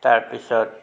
তাৰ পিছত